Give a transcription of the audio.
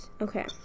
okay